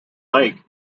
lake